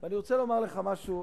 אני רוצה לומר לכם משהו,